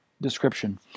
description